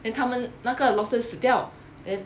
then 他们那个 lobster 死掉 then